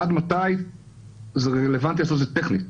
עד מתי זה רלוונטי ואיפה זה טכנית.